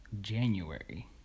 January